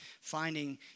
finding